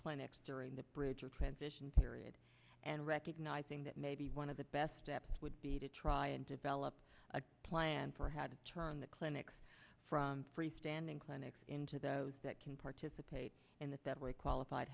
clinics during the bridge or transition period and recognizing that maybe one of the best steps would be to try and develop a plan for how to turn the clinics from free standing clinics into those that can participate in the qualified